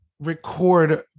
Record